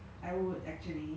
那里的 the bread before right